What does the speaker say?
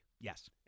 Yes